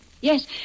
Yes